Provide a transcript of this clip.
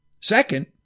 Second